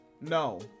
No